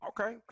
Okay